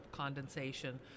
Condensation